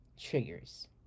triggers